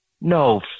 No